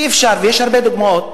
אי-אפשר, ויש הרבה דוגמאות.